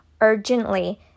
urgently